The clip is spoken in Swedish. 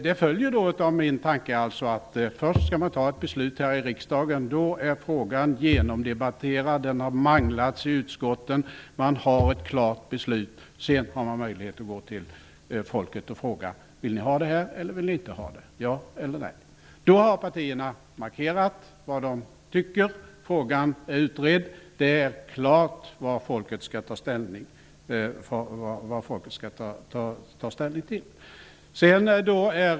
Det följer av min tanke att man först skall fatta beslut i riksdagen. Då är frågan genomdebatterad, den har manglats i utskotten och man har ett klart beslut. Sedan har man möjlighet att gå till folket och fråga: Vill ni ha det här eller vill ni inte ha det? Ja eller nej? Då har partierna markerat vad de tycker. Frågan är utredd. Det är klart vad folket skall ta ställning till.